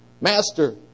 Master